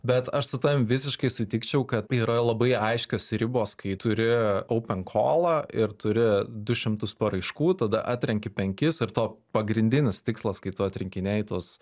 bet aš su tavim visiškai sutikčiau kad yra labai aiškios ribos kai turi oupen kolą ir turi du šimtus paraiškų tada atrenki penkis ir to pagrindinis tikslas kai tu atrinkinėji tuos